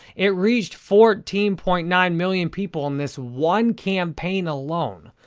it reached fourteen point nine million people in this one campaign alone.